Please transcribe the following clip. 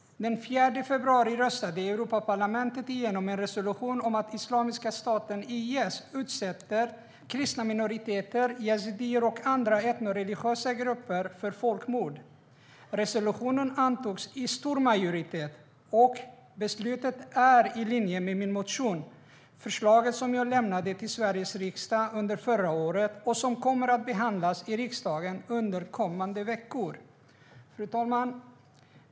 Den 4 februari röstade Europaparlamentet igenom en resolution om att Islamiska staten, IS, utsätter kristna minoriteter, yazidier och andra etnoreligiösa grupper för folkmord. Resolutionen antogs med stor majoritet, och beslutet är i linje med min motion - det förslag som jag lämnade till Sveriges riksdag under förra året och som kommer att behandlas i riksdagen under kommande veckor. Fru talman!